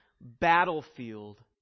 battlefield